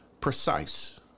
precise